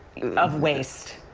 of waste.